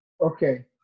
Okay